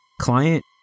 client